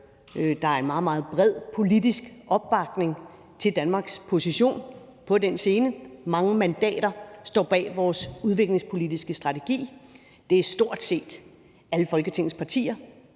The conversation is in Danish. Der er en meget bred politisk opbakning til Danmarks position på den scene. Der er mange mandater, der står bag vores udviklingspolitiske strategi. Det er stort set alle Folketingets partier